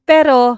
Pero